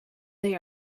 they